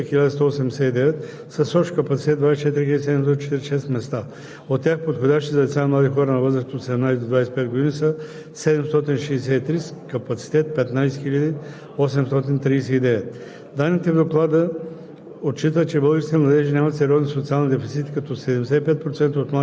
средногодишно през 2019 г. Към края на месец декември 2019 г. общият брой на социалните услуги в общността за деца и пълнолетни, включително от резидентен тип, е 1189, с общ капацитет 24 746 места. От тях подходящи за деца и млади хора на възраст от 18 до 25 г. са 763,